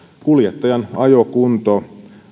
kuljettajan ajokunto